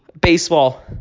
baseball